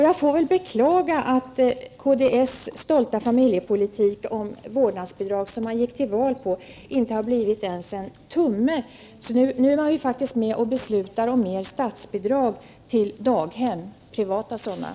Jag får beklaga att kds stolta familjepolitik med vårdnadsbidrag som man gick till val på inte har blivit ens en tumme. Nu är kds faktiskt med och beslutar om mer statsbidrag till privata daghem.